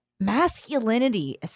masculinity